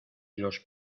los